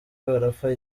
barapfa